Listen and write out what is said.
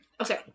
Okay